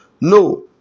No